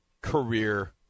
career